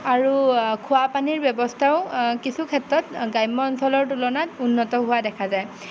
আৰু খোৱা পানীৰ ব্যৱস্থাও কিছু ক্ষেত্ৰত গ্ৰাম্য অঞ্চলৰ তুলনাত উন্নত হোৱা দেখা যায়